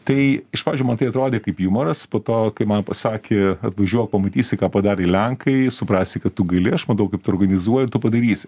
tai iš pradžių man tai atrodė kaip jumoras po to kai man pasakė atvažiuok pamatysi ką padarė lenkai suprasi kad tu gali aš matau kaip tu organizuoji ir tu padarysi